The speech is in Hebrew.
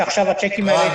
שעכשיו הצ'קים האלה דחויים.